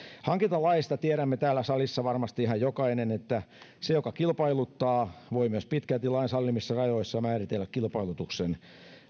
hankintalaista tiedämme täällä salissa varmasti ihan jokainen että se joka kilpailuttaa voi myös pitkälti lain sallimissa rajoissa määritellä kilpailutuksen